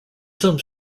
some